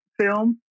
film